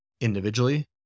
individually